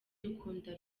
dukunda